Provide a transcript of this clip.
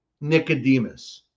Nicodemus